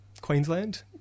Queensland